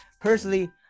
personally